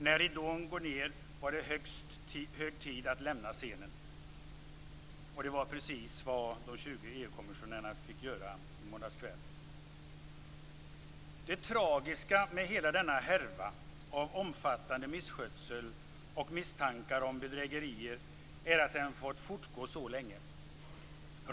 När ridån gått ned var det hög tid att lämna scenen, och det var precis vad de 20 EU kommissionärerna fick göra i måndags kväll. Det tragiska med hela denna härva av omfattande misskötsel och misstankar om bedrägerier är att den fått fortgå så länge.